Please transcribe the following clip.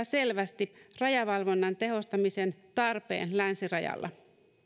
selvästi rajavalvonnan tehostamisen tarpeen länsirajalla